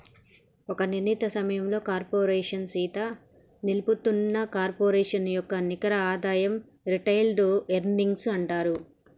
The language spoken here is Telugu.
ఒక నిర్ణీత సమయంలో కార్పోరేషన్ సీత నిలుపుతున్న కార్పొరేషన్ యొక్క నికర ఆదాయం రిటైర్డ్ ఎర్నింగ్స్ అంటారు